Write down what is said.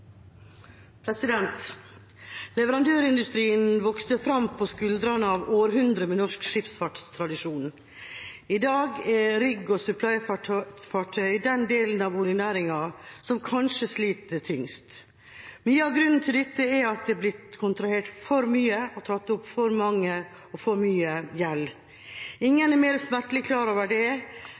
Leverandørindustrien vokste fram på skuldrene av århundrer med norsk skipsfartstradisjon. I dag er rigg og supplyfartøy den delen av oljenæringen som kanskje sliter tyngst. Mye av grunnen til dette er at det er blitt kontrahert for mye og tatt opp for mye gjeld. Ingen er mer smertelig klar over det